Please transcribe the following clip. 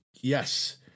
yes